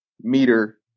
meter